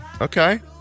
Okay